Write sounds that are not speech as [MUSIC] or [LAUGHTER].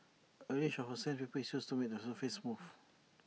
[NOISE] A range of sandpaper is used to make the surface smooth